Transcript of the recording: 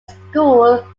school